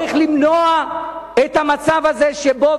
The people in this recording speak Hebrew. הוא צריך למנוע את המצב הזה שבו,